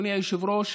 אדוני היושב-ראש,